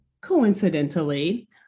coincidentally